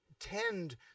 tend